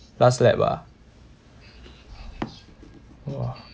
last lap ah !wah!